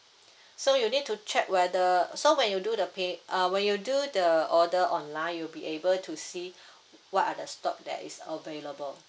so you need to check whether so when you do the pay uh when you do the order online you'll be able to see what are the stock that is available